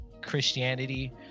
Christianity